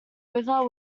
river